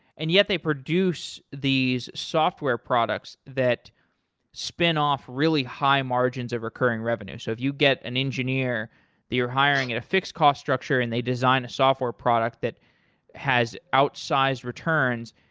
and yet they produce these software products that spin off really high margins of recurring revenue. so if you get an engineer that you're hiring at a fixed cost structure and they design a software product that has outsize returns,